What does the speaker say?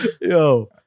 Yo